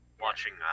Watching